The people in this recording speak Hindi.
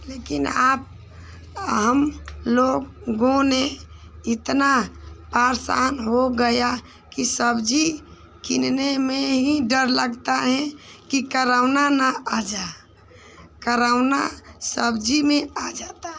लेकिन आप हमलोगों ने इतना परेशान हो गया कि सब्ज़ी किनने में ही डर लगता है कि कोरोना न आ जाए कोरोना सब्ज़ी में आ जाता है